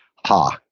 ha,